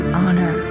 honor